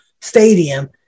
Stadium